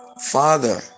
father